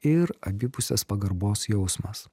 ir abipusės pagarbos jausmas